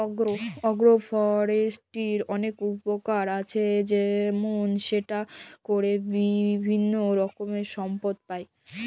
আগ্র ফরেষ্ট্রীর অলেক উপকার আছে যেমল সেটা ক্যরে বিভিল্য রকমের সম্পদ পাই